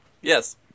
Yes